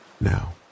Now